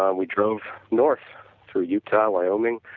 um we drove north through utah, wyoming,